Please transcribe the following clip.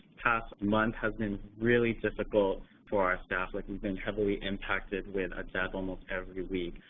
past month has been really difficult for our staff like, we've been heavily impacted with a death almost every week.